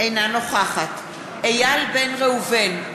אינה נוכחת איל בן ראובן,